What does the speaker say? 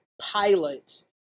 pilot